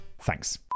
thanks